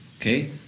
Okay